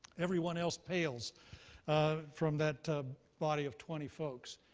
everyone else pales from that body of twenty folks.